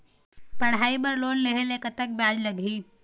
पढ़ई बर लोन लेहे ले कतक ब्याज लगही?